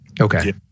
Okay